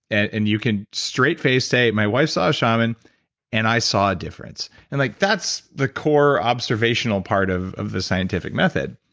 and you can straight face say, my wife saw a shaman and i saw a difference. and like that's the core observational part of of the scientific method.